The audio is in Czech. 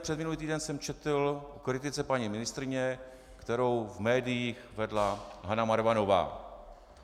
Předminulý týden jsem četl o kritice paní ministryně, kterou v médiích vedla Hana Marvanová,